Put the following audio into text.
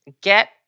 get